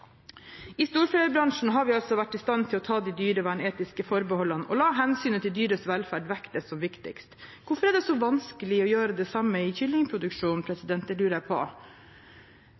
I storfebransjen har vi vært i stand til å ta de dyrevernetiske forbeholdene og la hensynet til dyrets velferd vektes som viktigst. Hvorfor er det så vanskelig å gjøre det samme i kyllingproduksjonen? Det lurer jeg på.